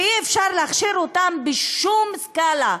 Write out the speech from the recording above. שאי-אפשר להכשיר אותן בשום סקאלה,